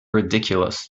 ridiculous